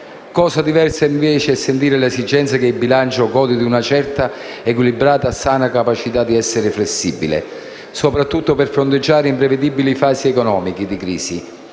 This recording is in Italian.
Cosa diversa è invece sentire l'esigenza che il bilancio goda di una certa equilibrata e sana capacità di essere flessibile, soprattutto per fronteggiare imprevedibili fasi economiche di crisi,